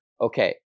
Okay